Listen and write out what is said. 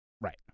Right